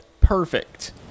Perfect